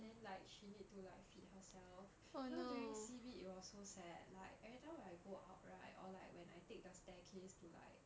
then like she need to like feed herself you know during C_B it was so sad like everytime when I go out right or like when I take the staircase to like